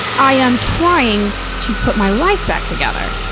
i am trying to put my life back together,